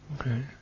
okay